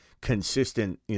consistent